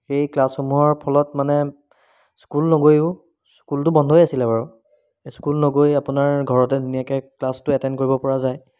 সেই ক্লাছসমূহৰ ফলত মানে স্কুল নগৈয়ো স্কুলতো বন্ধই আছিলে বাৰু স্কুল নগৈ আপোনাৰ ঘৰতে ধুনীয়াকৈ ক্লাছটো এটেণ্ড কৰিব পৰা যায়